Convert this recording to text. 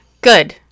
Good